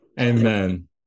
Amen